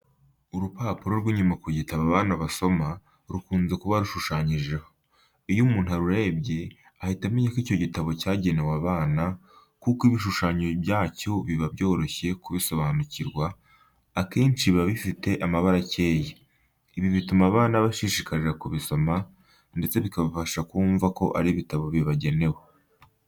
Urupapuro rw'inyuma ku bitabo abana basoma rukunze kuba rushushanyijeho. Iyo umuntu arurebye, ahita amenya ko icyo gitabo cyagenewe abana, kuko ibishushanyo byacyo biba byoroshye kubisobanukirwa, akenshi biba bifite amabara akeye. Ibi bituma abana bashishikarira kubisoma ndetse bikabafasha kumva ko ari ibitabo bibagenewe.